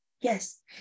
yes